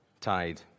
tied